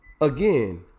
again